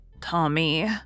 Tommy